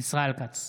ישראל כץ,